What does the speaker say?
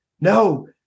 no